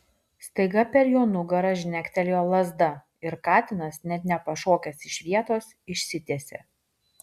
staiga per jo nugarą žnektelėjo lazda ir katinas net nepašokęs iš vietos išsitiesė